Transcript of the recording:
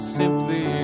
simply